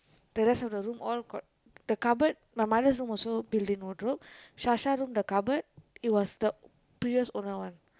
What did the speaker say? the rest of the room all got the cupboard my mother's room also built in wardrobe Sasha room the cupboard it was the previous owner one